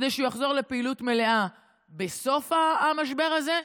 כדי שהוא יחזור לפעילות מלאה בסוף המשבר הזה,